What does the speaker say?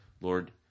Lord